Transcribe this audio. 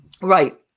Right